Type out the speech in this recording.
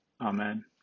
Amen